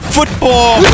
Football